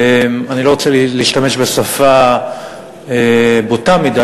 אני לא רוצה להשתמש בשפה בוטה מדי,